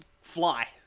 fly